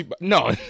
No